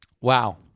Wow